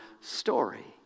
story